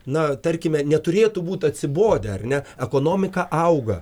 na tarkime neturėtų būt atsibodę ar ne ekonomika auga